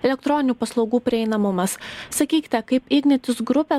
elektroninių paslaugų prieinamumas sakykite kaip ignitis grupė